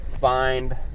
find